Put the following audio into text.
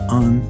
on